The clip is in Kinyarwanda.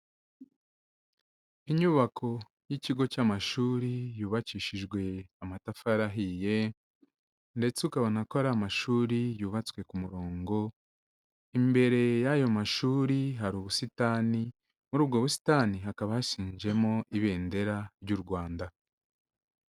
Inyubako y'ikigo cy'amashuri yubakishijwe amatafari ahiye, ndetse ukabona ko ari amashuri yubatswe ku murongo, imbere y'ayo mashuri hari ubusitani, muri ubwo busitani hakaba hashinjemo ibendera ry'u Rwanda.